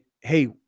hey